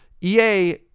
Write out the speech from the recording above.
EA